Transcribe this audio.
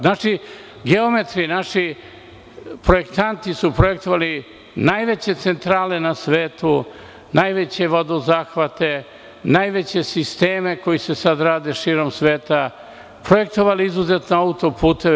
Znači, geometri naši, projektanti su projektovali najveće centrale na svetu, najveće vodozahvate, najveće sisteme koji se sada rade širom sveta, projektovali izuzetne auto-puteve.